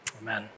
Amen